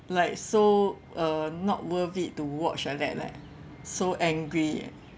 like so uh not worth it to watch like that leh so angry eh